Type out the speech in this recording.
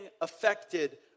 affected